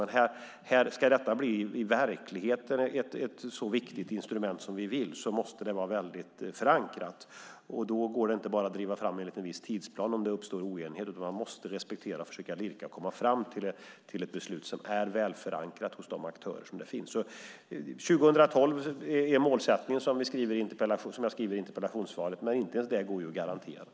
Men om detta ska bli verklighet och ett så viktigt instrument som vi vill måste det vara väldigt förankrat, och då går det inte bara att driva fram enligt en viss tidsplan om det uppstår oenighet, utan man måste respektera och försöka lirka och komma fram till ett beslut som är väl förankrat hos de aktörer som finns. Målsättningen är 2012, som jag skriver i interpellationssvaret, men inte ens det går ju att garantera.